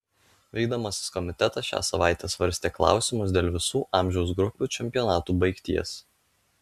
vykdomasis komitetas šią savaitę svarstė klausimus dėl visų amžiaus grupių čempionatų baigties